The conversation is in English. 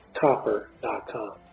copper.com